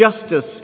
justice